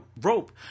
Rope